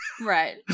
Right